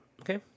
Okay